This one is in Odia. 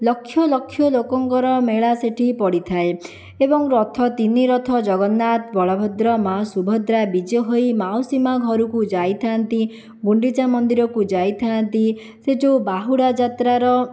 ଲକ୍ଷ ଲକ୍ଷ ଲୋକଙ୍କର ମେଳା ସେଠି ପଡ଼ିଥାଏ ଏବଂ ରଥ ତିନି ରଥ ଜଗନ୍ନାଥ ବଳଭଦ୍ର ମା ସୁଭଦ୍ରା ବିଜେ ହୋଇ ମାଉସୀ ମା ଘରକୁ ଯାଇଥାନ୍ତି ଗୁଣ୍ଡିଚା ମନ୍ଦିରକୁ ଯାଇଥାନ୍ତି ସେ ଯେଉଁ ବାହୁଡ଼ା ଯାତ୍ରାର